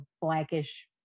blackish